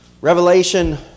Revelation